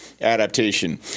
adaptation